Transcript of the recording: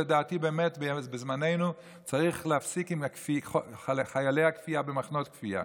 שלדעתי באמת בזמננו צריך להפסיק עם חיילי הכפייה במחנות הכפייה.